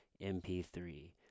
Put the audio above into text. mp3